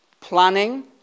Planning